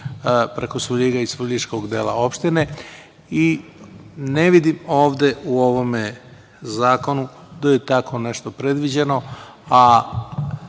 preko Svrljiga i svrljiškog dela opštine. Ne vidim ovde u ovom zakonu da je tako nešto predviđeno,